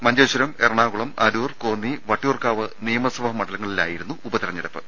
മഞ്ചേശ്വരം എറണാകുളം അരൂർ കോന്നി വട്ടിയൂർകാവ് നിയമസഭാമണ്ഡലങ്ങ ളിലായിരുന്നു ഉപതെരഞ്ഞെടുപ്പ്